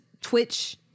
twitch